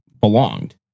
belonged